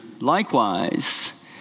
likewise